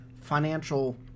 financial